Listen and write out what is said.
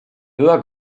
była